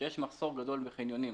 יש מחסור גדול בחניונים